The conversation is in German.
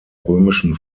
römischen